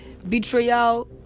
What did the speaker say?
Betrayal